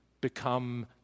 become